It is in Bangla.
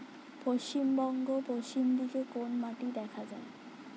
পশ্চিমবঙ্গ পশ্চিম দিকে কোন মাটি দেখা যায়?